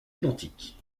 identiques